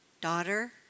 daughter